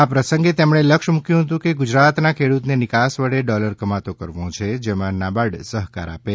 આ પ્રસંગે તેમણે લક્ષ્ય મૂક્યું હતું કે ગુજરાતના ખેડૂતને નિકાસ વડે ડોલર કમાતો કરવો છે જેમાં નાબાર્ડ સહકાર આપે